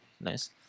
Nice